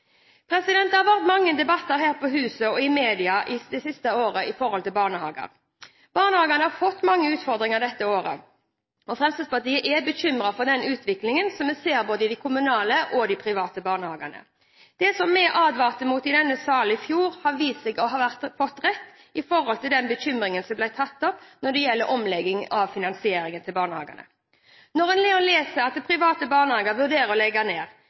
år. Det har vært mange debatter her på huset og i media de siste årene om barnehager. Barnehagene har fått mange utfordringer dette året, og Fremskrittspartiet er bekymret for den utviklingen som vi ser både i de kommunale og i de private barnehagene. Det som vi advarte mot i denne salen i fjor, har vist seg å bli rett, altså bekymringen når det gjelder omleggingen av finansieringen til barnehagene. En leser nå at private barnehager vurderer å legge ned,